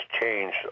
changed